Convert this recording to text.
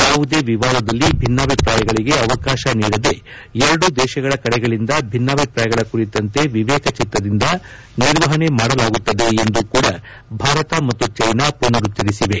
ಯಾವುದೇ ವಿವಾದದಲ್ಲಿ ಭಿನ್ನಾಭಿಪ್ರಾಯಗಳಿಗೆ ಅವಕಾಶ ನೀಡದೇ ಎರಡೂ ದೇಶಗಳ ಕಡೆಗಳಿಂದ ಭಿನ್ನಾಭಿಪ್ರಾಯಗಳ ಕುರಿತಂತೆ ವಿವೇಕಚಿತ್ತದಿಂದ ನಿರ್ವಹಣೆ ಮಾಡಲಾಗುತ್ತದೆ ಎಂದೂ ಕೂಡ ಭಾರತ ಮತ್ತು ಚೀನಾ ಮನರುಚ್ಲರಿಸಿವೆ